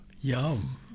Yum